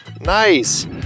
Nice